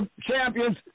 champions